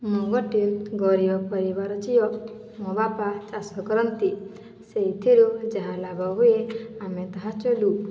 ମୁଁ ଗୋଟିଏ ଗରିବ ପରିବାର ଝିଅ ମୋ ବାପା ଚାଷ କରନ୍ତି ସେଇଥିରୁ ଯାହା ଲାଭ ହୁଏ ଆମେ ତାହା ଚଲୁ